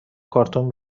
کارتون